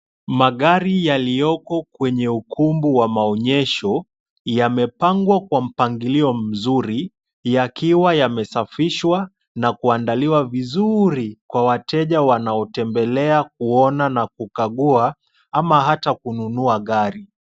Magari yaliyomo kwenye ukumbu wa maonyesho yamepangwa kwa mpangilio mzuri yakiwa yamesafishwa na kuandaliwa vizuri kwa wateja wanao tembelea kuona na kukagua ama hata kununua gari.